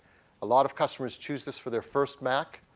a lot of customers choose this for their first mac.